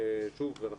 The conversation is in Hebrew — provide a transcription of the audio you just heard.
שוב,